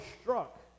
struck